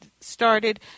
started